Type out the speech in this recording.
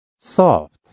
soft